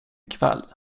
kväll